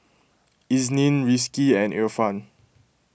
Isnin Rizqi and Irfan